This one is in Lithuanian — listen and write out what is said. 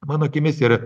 mano akimis ir